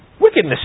wickedness